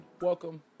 Welcome